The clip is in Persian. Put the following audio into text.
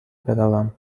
بروم